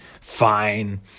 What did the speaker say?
fine